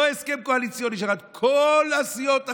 לא הסכם קואליציוני של אחד, כל הסיעות החכמות,